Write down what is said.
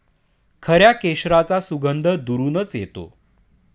खऱ्या केशराचा सुगंध दुरूनच येतो